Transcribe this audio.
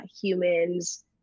humans